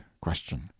question